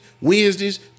Wednesdays